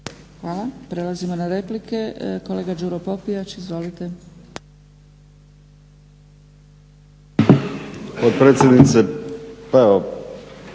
Hvala. Prelazimo na replike. Kolega Đuro Popijač, izvolite.